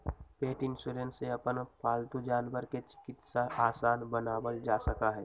पेट insurance से अपन पालतू जानवर के चिकित्सा आसान बनावल जा सका हई